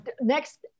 next